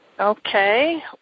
Okay